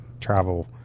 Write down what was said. travel